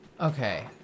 Okay